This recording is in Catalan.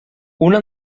una